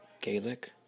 Gaelic